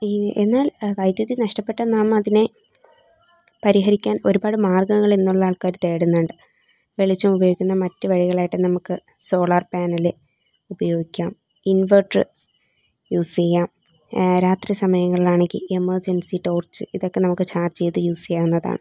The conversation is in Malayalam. ഈ എന്നാൽ വൈദ്യതി നഷ്ടപ്പെട്ടാൽ നാം അതിനെ പരിഹരിക്കാൻ ഒരുപാട് മാർഗ്ഗങ്ങൾ ഇന്നുള്ള ആൾക്കാർ തേടുന്നുണ്ട് വെളിച്ചമുപയോഗിക്കുന്ന മറ്റു വഴികളായിട്ട് നമുക്ക് സോളാർ പാനൽ ഉപയോഗിക്കാം ഇൻവെർട്ടർ യൂസ് ചെയ്യാം രാത്രി സമയങ്ങളിലാണെങ്കിൽ എമെർജൻസി ടോർച്ച് ഇതൊക്കെ നമുക്ക് ചാർജ് ചെയ്ത് യൂസ് ചെയ്യാവുന്നതാണ്